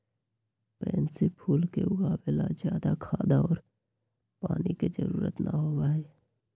pansy फूल के उगावे ला ज्यादा खाद और पानी के जरूरत ना होबा हई